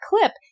clip